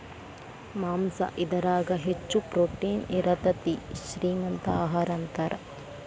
ಮಾಂಸಾ ಇದರಾಗ ಹೆಚ್ಚ ಪ್ರೋಟೇನ್ ಇರತತಿ, ಶ್ರೇ ಮಂತ ಆಹಾರಾ ಅಂತಾರ